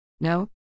No